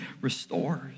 restores